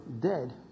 dead